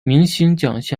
明星